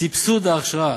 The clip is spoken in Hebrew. סבסוד ההכשרה